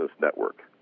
Network